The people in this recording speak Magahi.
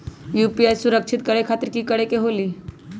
यू.पी.आई सुरक्षित करे खातिर कि करे के होलि?